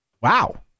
Wow